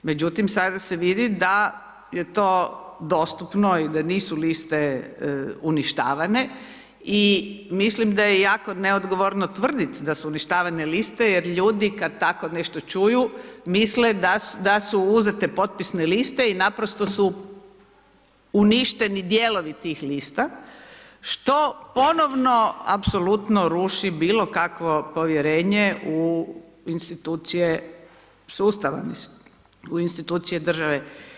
Međutim, sada se vidi da je to dostupno i da nisu liste uništavane i mislim da je jako neodgovorno tvrditi da su uništavane liste, jer ljudi kada tako nešto čuju, misle da su uzeti potpisne liste i naprosto su uništeni dijelovi tih lista, što ponovno, apostučnto ruši bilo kakvo povjerenje u institucije sustava, u institucije države.